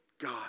God